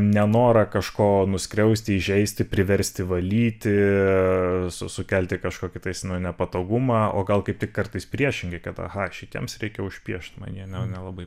nenorą kažko nuskriausti įžeisti priversti valyti su sukelti kažkokį tais nu nepatogumą o gal kaip tik kartais priešingai kad aha šitiems reikia užpiešt man jie ne nelabai